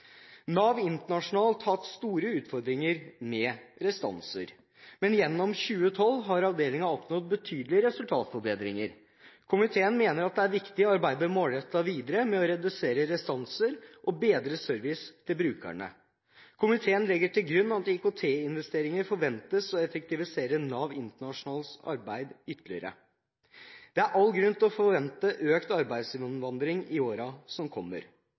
Nav Internasjonalt har hatt store utfordringer med restanser, men gjennom 2012 har avdelingen oppnådd betydelige resultatforbedringer. Komiteen mener at det er viktig å arbeide målrettet videre med å redusere restanser og bedre service til brukerne. Komiteen legger til grunn at IKT-investeringer forventes å effektivisere Nav Internasjonalts arbeid ytterligere. Det er all grunn til å forvente økt arbeidsinnvandring i årene som kommer.